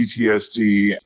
PTSD